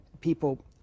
people